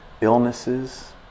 illnesses